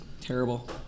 terrible